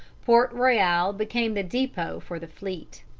port royal became the depot for the fleet.